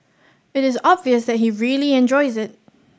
it is obvious that he really enjoys it